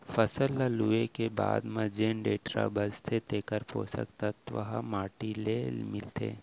फसल ल लूए के बाद म जेन डेंटरा बांचथे तेकर पोसक तत्व ह माटी ले मिलथे